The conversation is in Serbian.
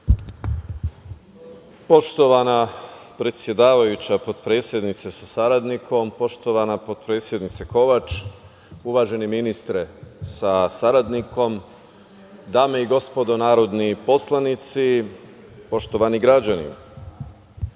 Poštovana predsedavajuća, potpredsednice sa saradnikom, poštovana potpredsednice Kovač, uvaženi ministre sa saradnikom, dame i gospodo narodni poslanici, poštovani građani,